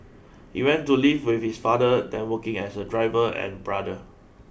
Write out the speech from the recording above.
he went to live with his father then working as a driver and brother